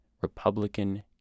Republican